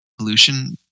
Pollution